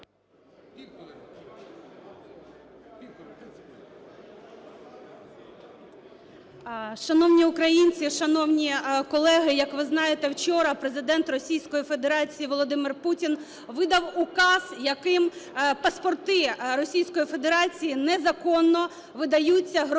Шановні українці! Шановні колеги! Як ви знаєте, вчора Президент Російської Федерації Володимир Путін видав указ, яким паспорти Російської Федерації незаконно видаються громадянам